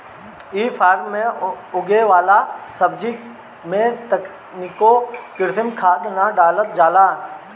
इ फार्म में उगे वाला सब्जी में तनिको कृत्रिम खाद ना डालल जाला